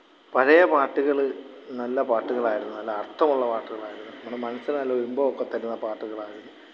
പഴയ പാട്ടുകൾ നല്ല പാട്ടുകളായിരുന്നു നല്ല അര്ത്ഥമുള്ള പാട്ടുകളായിരുന്നു നമ്മുടെ മനസ്സിൽ നല്ലൊരു ഇമ്പമൊക്കെ തരുന്ന പാട്ടുകളായിരുന്നു